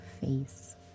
face